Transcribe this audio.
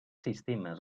sistemes